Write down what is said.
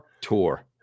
tour